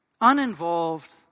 uninvolved